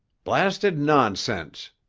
blasted nonsense!